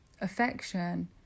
affection